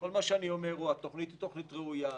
כל מה שאני אומר הוא: התוכנית היא תוכנית ראויה,